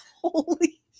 holy